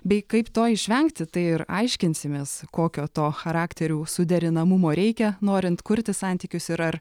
bei kaip to išvengti tai ir aiškinsimės kokio to charakterių suderinamumo reikia norint kurti santykius ir ar